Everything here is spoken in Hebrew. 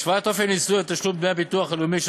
השוואת אופן מיסוי ותשלום דמי הביטוח הלאומי של